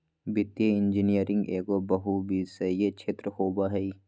वित्तीय इंजीनियरिंग एगो बहुविषयी क्षेत्र होबो हइ